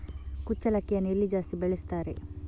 ಕುಚ್ಚಲಕ್ಕಿಯನ್ನು ಎಲ್ಲಿ ಜಾಸ್ತಿ ಬೆಳೆಸ್ತಾರೆ?